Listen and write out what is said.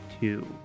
two